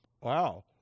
Wow